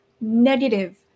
negative